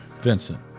vincent